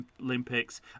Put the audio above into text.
olympics